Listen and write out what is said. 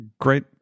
great